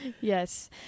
yes